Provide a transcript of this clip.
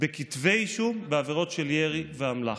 בכתבי אישום בעבירות של ירי ואמל"ח.